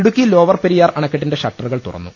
Idukki lower Periyar അണക്കെട്ടിന്റെ ഷട്ടറുകൾ തുറന്നു